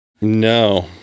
No